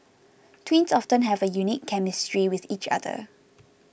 twins often have a unique chemistry with each other